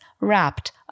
wrapped